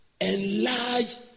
enlarge